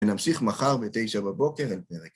ונמשיך מחר בתשע בבוקר אל פרק.